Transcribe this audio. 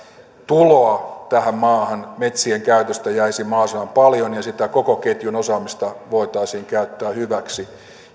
tuloa tähän maahan metsien käytöstä jäisi mahdollisimman paljon ja sitä koko ketjun osaamista voitaisiin käyttää hyväksi